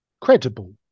credible